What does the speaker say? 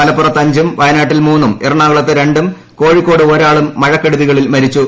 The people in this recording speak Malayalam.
മലപ്പുറത്ത് അഞ്ചും വയനാട്ടിൽ മൂന്നും എറണാകുളത്ത് രണ്ടും കോഴിക്കോട് ഒരാളും മഴക്കെടുതികളിൽ മരിച്ചു